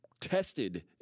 tested